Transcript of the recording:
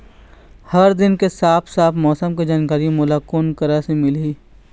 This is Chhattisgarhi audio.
हर दिन के साफ साफ मौसम के जानकारी मोला कोन करा से मिलही?